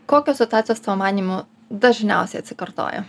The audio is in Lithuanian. kokios situacijos tavo manymu dažniausiai atsikartoja